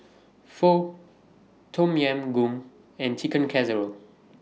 Pho Tom Yam Goong and Chicken Casserole